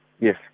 Yes